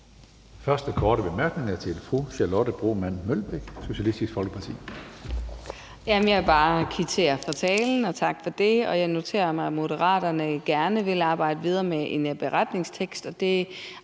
første korte bemærkning er til fru Charlotte Broman Mølbæk, Socialistisk Folkeparti.